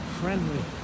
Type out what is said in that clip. friendly